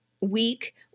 week